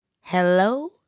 hello